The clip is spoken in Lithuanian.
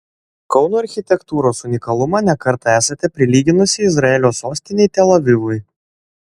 kauno architektūros unikalumą ne kartą esate prilyginusi izraelio sostinei tel avivui